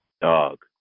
Dog